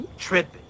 tripping